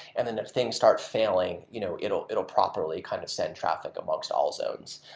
and then, if things start failing, you know it will it will properly kind of send traffic amongst all zones.